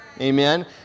Amen